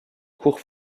cours